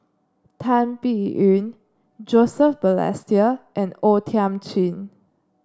Tan Biyun Joseph Balestier and O Thiam Chin